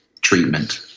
treatment